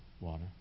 water